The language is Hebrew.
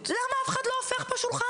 למה אף אחד לא הופך פה שולחן.